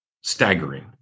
staggering